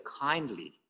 kindly